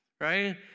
right